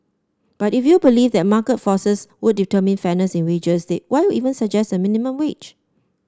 but if you believe that market forces would determine fairness in wages they why even suggest a minimum wage